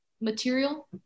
material